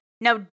Now